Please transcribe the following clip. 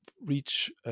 reach